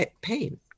pain